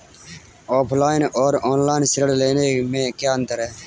Offline और online ऋण लेने में क्या अंतर है?